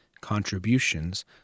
contributions